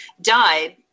died